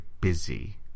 busy